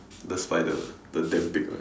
the spider the damn big one